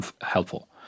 helpful